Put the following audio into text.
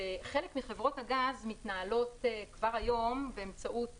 חלק מחברות הגז מתנהלות כבר היום באמצעות